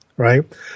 Right